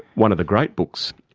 one of the great books,